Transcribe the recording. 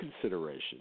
consideration